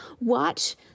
watch